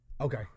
Okay